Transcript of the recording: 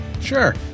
sure